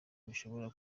bishobora